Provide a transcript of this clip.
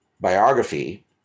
biography